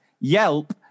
yelp